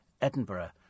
Edinburgh